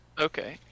okay